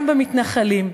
גם במתנחלים.